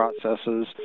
processes